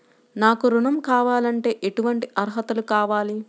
నాకు ఋణం కావాలంటే ఏటువంటి అర్హతలు కావాలి?